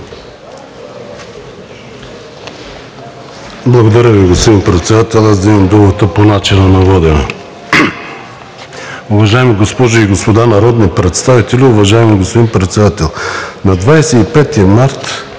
Благодаря Ви, господин Председател. Аз вземам думата по начина на водене. Уважаеми госпожи и господа народни представители! Уважаеми господин Председател, на 25 март